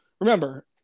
remember